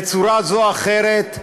בצורה זו או אחרת,